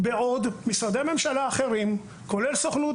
בעוד משרדי ממשלה אחרים כולל הסוכנות